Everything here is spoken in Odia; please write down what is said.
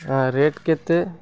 ରେଟ୍ କେତେ